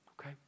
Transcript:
okay